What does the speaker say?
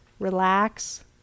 relax